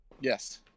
Yes